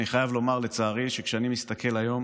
אני חייב לומר, לצערי, שכשאני מסתכל היום